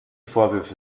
vorwürfe